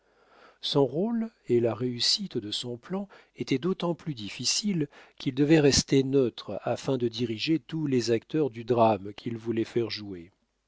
son rôle et la réussite de son plan étaient d'autant plus difficiles qu'il devait rester neutre afin de diriger tous les acteurs du drame qu'il voulait faire jouer